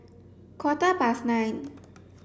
quarter past nine